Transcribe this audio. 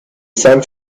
san